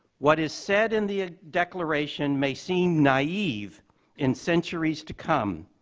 what is said in the declaration may seem naive in centuries to come,